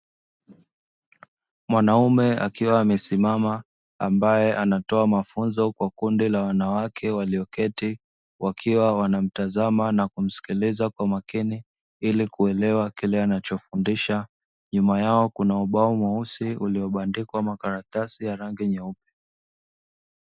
Mwanaume akiwa amesimama, ambaye anatoa mafunzo kwa kundi la wanawake walioketi, wakiwa wanamtazama na kumsikiliza kwa makini, ili kuelewa kile anachofundisha. Nyuma yao kuna ubao mweusi uliobandikwa makaratasi ya rangi nyeupe.